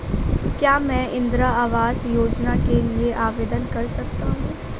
क्या मैं इंदिरा आवास योजना के लिए आवेदन कर सकता हूँ?